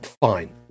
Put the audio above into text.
Fine